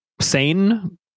sane